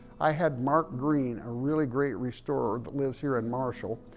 i had mark green, a really great restorer that lives here in marshall,